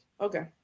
Okay